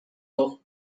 row